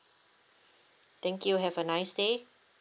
thank you have a nice day